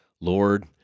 Lord